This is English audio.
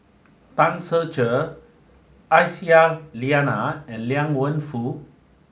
Tan Ser Cher Aisyah Lyana and Liang Wenfu